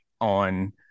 on